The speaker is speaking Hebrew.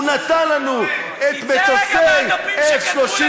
הוא נתן לנו מטוסי 35-F,